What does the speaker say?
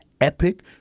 epic